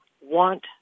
want